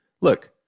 Look